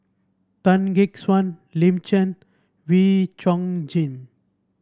Tan Gek Suan Lin Chen Wee Chong Jin